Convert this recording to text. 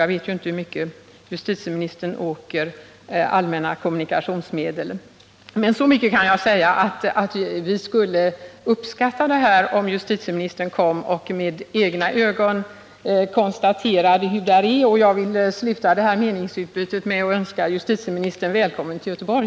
Jag vet inte hur mycket justitieministern åker allmänna kommunikationsmedel, men så mycket kan jag säga att vi skulle uppskatta om justitieministern kom och med egna ögon konstaterade hur det är. Jag vill sluta detta meningsutbyte med att önska justitieministern välkommen till Göteborg.